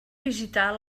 visitar